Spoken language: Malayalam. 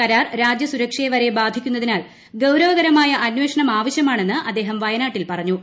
കരാർ രാജ്യസുരക്ഷയെ വരെ ബാധിക്കുന്നതിനാൽ ഗൌരവകരമായ അന്വേഷണം ആവശ്യമാണെന്ന് അദ്ദേഹം വയനാട്ടിൽ പറഞ്ഞു